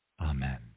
Amen